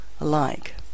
alike